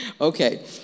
Okay